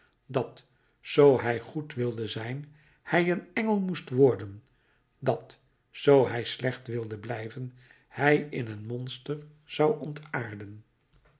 dat zoo hij goed wilde zijn hij een engel moest worden dat zoo hij slecht wilde blijven hij in een monster zou ontaarden